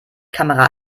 kamera